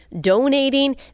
donating